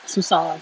susah